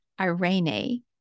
Irene